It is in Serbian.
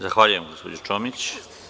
Zahvaljujem, gospođo Čomić.